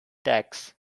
tacks